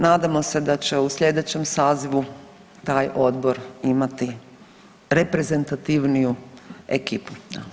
Nadamo se da će u sljedećem sazivu taj Odbor imati reprezentativniju ekipu.